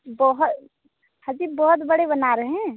बहुत हाँ जी बहुत बड़े बना रहे हैं